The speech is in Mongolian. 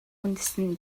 үндэстэн